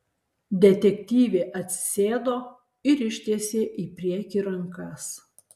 detektyvė atsisėdo ir ištiesė į priekį rankas